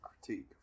critique